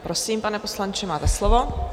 Prosím, pane poslanče, máte slovo.